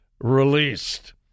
released